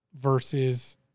versus